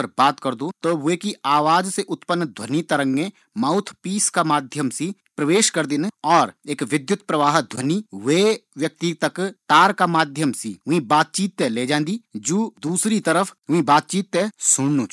करदु